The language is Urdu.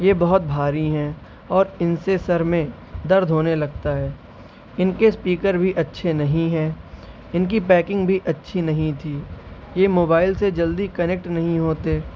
یہ بہت بھاری ہیں اور ان سے سر میں درد ہونے لگتا ہے ان کے اسپیکر بھی اچھے نہیں ہیں ان کی پیکنگ بھی اچھی نہیں تھی یہ موبائل سے جلدی کنیکٹ نہیں ہوتے